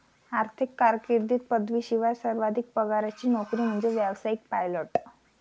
आर्थिक कारकीर्दीत पदवीशिवाय सर्वाधिक पगाराची नोकरी म्हणजे व्यावसायिक पायलट